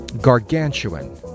gargantuan